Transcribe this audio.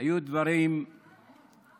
היו דברים כואבים,